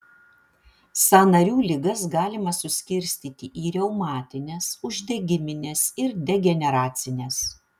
sąnarių ligas galima suskirstyti į reumatines uždegimines ir degeneracines